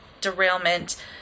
derailment